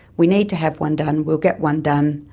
we need to have one done, we'll get one done,